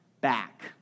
back